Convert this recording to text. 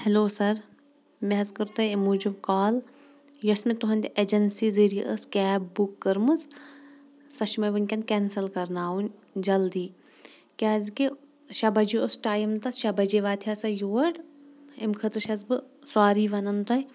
hello sir مےٚ حظ کٔر تۄہہِ امہِ موٗجوٗب کال یۄس مےٚ تُہٕنٛدِ اٮ۪جنسی ذٔریعہٕ أسۍ کیب بُک کٔرمٕژ سۄ چھِ مےٚ ؤنکیٚن کینسل کرناوٕنۍ جلدی کیٛازِ کہِ شیٚے بجے اوس ٹایِم تتھ شیٚے بجے واتہِ ہا سۄ یور امہِ خٲطرٕ چھس بہٕ سوری ونان تۄہہِ